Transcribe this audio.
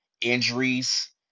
Injuries